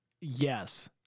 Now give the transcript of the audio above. Yes